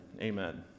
Amen